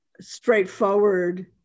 straightforward